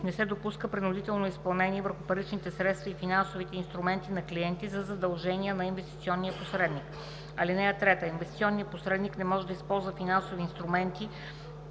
Не се допуска принудително изпълнение върху паричните средства и финансовите инструменти на клиенти за задължения на инвестиционния посредник. (3) Инвестиционният посредник не може да използва финансови инструменти